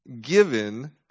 given